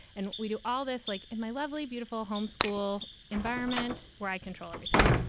and we do all this like in my lovely, beautiful home school environment where i control everything.